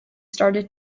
started